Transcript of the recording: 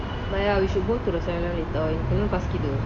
but ya we should go to the seven eleven later ennaku inum pasikithu